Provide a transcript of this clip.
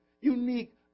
unique